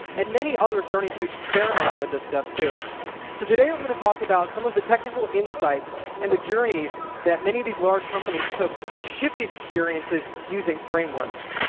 and many others starting to experiment with this stuff, too. so today i'm going to talk about some of the technical insights and the journeys that many of these large companies took to ship these experiences using frameworks.